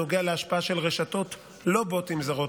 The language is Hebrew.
בנוגע להשפעה של רשתות לא בוטים זרות,